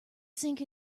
sink